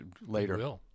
later